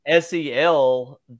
SEL